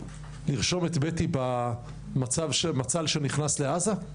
לרשום את בטי במצב שניכנס לעזה?